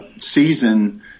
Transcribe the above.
season